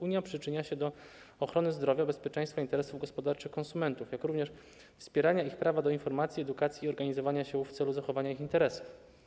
Unia przyczynia się do ochrony zdrowia, bezpieczeństwa i interesów gospodarczych konsumentów, jak również wspierania ich prawa do informacji, edukacji i organizowania się w celu zachowania ich interesów”